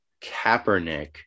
Kaepernick